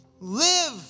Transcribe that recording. live